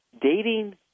dating